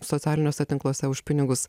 socialiniuose tinkluose už pinigus